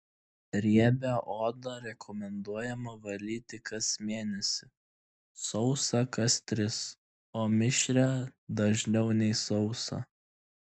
riebią odą rekomenduojame valyti kas mėnesį sausą kas tris o mišrią dažniau nei sausą